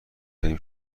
بریم